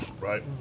right